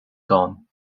gone